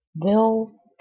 Bill